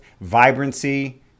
vibrancy